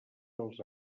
dels